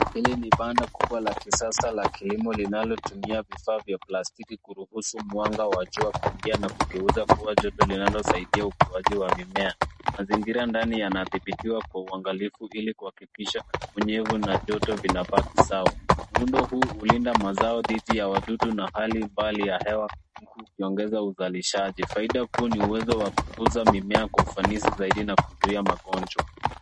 Hili ni banda kubwa la kisasa la kilimo linalotumia vifaa vya plastiki kuruhusu mwanga wa jua kuingia na kugeuzwa kuwa joto linalosaidia ukuaji wa mimea. Mazingira ndani yanadhibitiwa kwa uangalifu ili kuhakikisha unyevu na joto vinabaki sawa. Muundo huu hulinda mazao dhidi wadudu na hali mbali ya hewa huku ukiongeza uwezo wa uzalishaji. Faida kuu ni uwezo wa kukuza mimea kwa ufanisi zaidi na kuzuia magonjwa.